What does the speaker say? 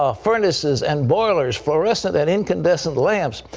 ah furnaces and boilers, fluorescent and incandescent lamps,